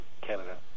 Canada